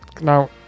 Now